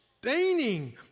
staining